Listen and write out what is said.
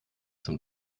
zum